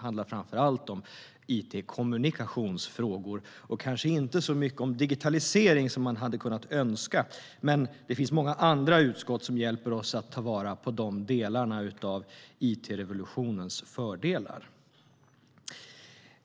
framför allt handlar om it-kommunikationsfrågor och inte så mycket om digitalisering som man hade kunnat önska. Men det finns många andra utskott som hjälper oss att ta vara på de delarna av it-revolutionens fördelar.